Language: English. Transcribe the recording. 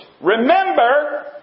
Remember